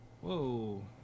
whoa